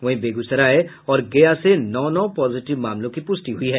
वहीं बेगूसराय और गया से नौ नौ पॉजिटिव मामलों की पुष्टि हुई है